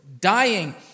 dying